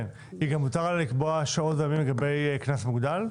גם מותר לה לקבוע שעות וימים לגבי קנס מוגדל?